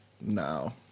No